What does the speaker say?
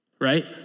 right